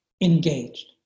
engaged